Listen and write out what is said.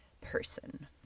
person